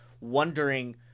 wondering